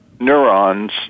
neurons